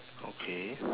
okay